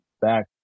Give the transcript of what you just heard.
back